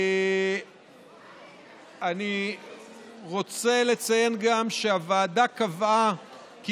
אני רוצה לציין גם שהוועדה קבעה כי